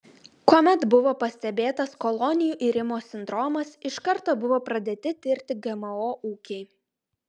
kuomet buvo pastebėtas kolonijų irimo sindromas iš karto buvo pradėti tirti gmo ūkiai